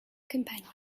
companions